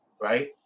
right